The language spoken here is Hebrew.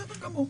בסדר גמור.